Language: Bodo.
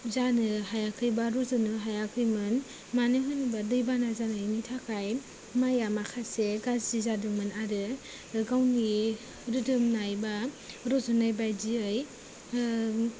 जानो हायाखै बा रज'नो हायाखैमोन मानो होनोब्ला दैबाना जानायनि थाखाय माइया माखासे गाज्रि जादोंमोन आरो गावनि रोदोमनाय बा रज'नाय बायदियै